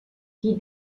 qui